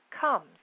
comes